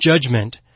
judgment